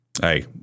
Hey